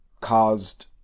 caused